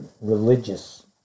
Religious